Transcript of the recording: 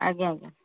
ଆଜ୍ଞା ଆଜ୍ଞା